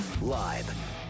Live